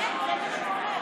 זה מה שהוא אומר.